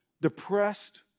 depressed